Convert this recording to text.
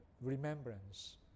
remembrance